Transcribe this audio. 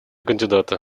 кандидата